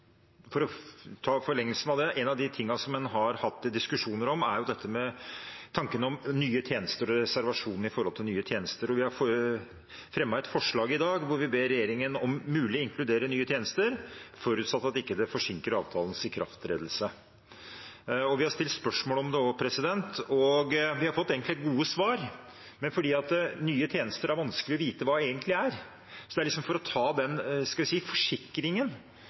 en har hatt diskusjoner om, er tanken om nye tjenester og reservasjon med tanke på nye tjenester. Vi har fremmet et forslag i dag hvor vi ber regjeringen om mulig å inkludere nye tjenester, forutsatt at det ikke sinker avtalens ikrafttredelse. Vi har også stilt spørsmål om det. Vi har egentlig fått gode svar, men fordi det er vanskelig å vite hva nye tjenester egentlig er, er det for å ha den forsikringen. Hvis det er sånn at vi